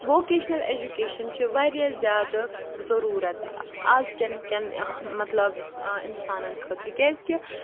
vocational education چھِ واریاہ زیادٕ ضٔروٗرت اَزکٮ۪ن کٮ۪ن مطلب اِنسانَن خٲطرٕ کیٛازِکہِ